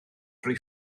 drwy